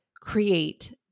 create